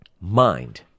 mind